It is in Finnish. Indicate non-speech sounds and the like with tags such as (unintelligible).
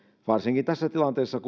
varsinkin tässä tilanteessa (unintelligible)